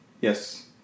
Yes